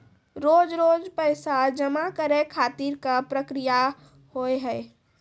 रोज रोज पैसा जमा करे खातिर का प्रक्रिया होव हेय?